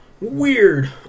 Weird